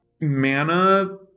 mana